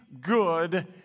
good